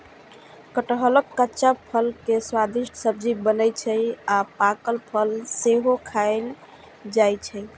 कटहलक कच्चा फल के स्वादिष्ट सब्जी बनै छै आ पाकल फल सेहो खायल जाइ छै